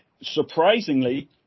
Surprisingly